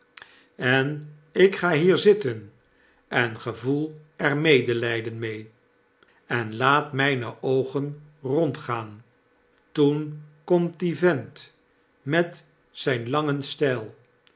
en ik ga hier zitten en gevoel er medelyden mee en laat mijne oogen rondgaan toen komt die vent met zyn langen styl